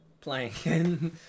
playing